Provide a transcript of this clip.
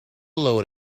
load